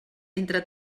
entre